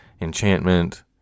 Enchantment